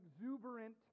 exuberant